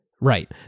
Right